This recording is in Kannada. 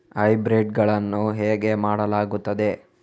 ಹೈಬ್ರಿಡ್ ಗಳನ್ನು ಹೇಗೆ ಮಾಡಲಾಗುತ್ತದೆ?